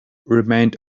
remained